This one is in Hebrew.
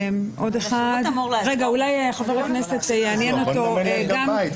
יכולים לממן להם גם בית,